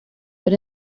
but